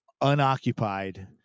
unoccupied